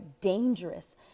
dangerous